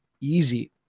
easy